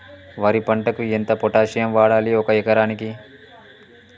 వరి పంటకు ఎంత పొటాషియం వాడాలి ఒక ఎకరానికి?